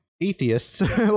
atheists